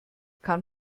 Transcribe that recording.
kann